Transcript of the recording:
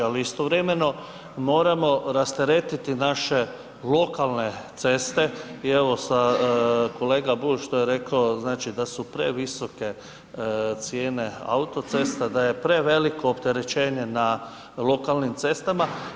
Ali istovremeno moramo rasteretiti naše lokalne ceste i evo sa kolega Bulj što je rekao znači da su previsoke cijene autocesta, da je preveliko opterećenje na lokalnim cestama.